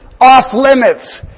off-limits